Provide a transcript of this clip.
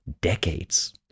decades